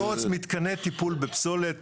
לצורך מתקני טיפול בפסולת,